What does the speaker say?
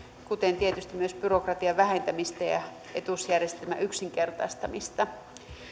kuten tietysti myös byrokratian vähentämistä ja etuusjärjestelmän yksinkertaistamista